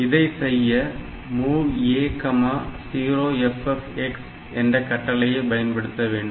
இதை செய்ய MOV A0FFX என்ற கட்டளையை பயன்படுத்த வேண்டும்